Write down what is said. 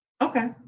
okay